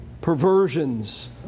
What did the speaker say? perversions